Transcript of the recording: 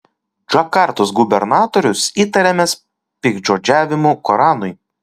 džakartos gubernatorius įtariamas piktžodžiavimu koranui